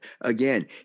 Again